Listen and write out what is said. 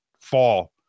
fall